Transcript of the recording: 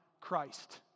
Christ